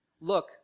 Look